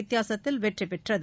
வித்தியாசத்தில் வெற்றிபெற்றது